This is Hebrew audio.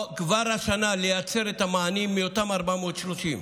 כבר השנה לייצר את המענים מאותם 430 מיליון.